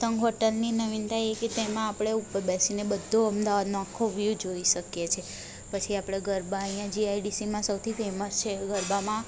પતંગ હોટલની નવીનતા એ કે તેમાં આપણે ઉપર બેસીને બધું અમદાવાદનું આખું વ્યૂ જોઈ શકીએ છે પછી આપણે ગરબા ઇયાં જીઆઇડીસીમાં સૌથી ફેમસ છે ગરબામાં